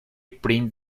print